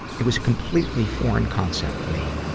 it was a completely foreign concept to me.